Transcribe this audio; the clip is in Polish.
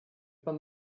pan